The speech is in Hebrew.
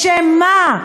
בשם מה?